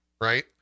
right